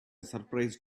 surprise